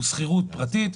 הוא שכירות פרטית,